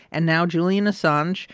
and now julian assange,